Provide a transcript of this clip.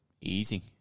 easy